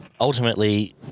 Ultimately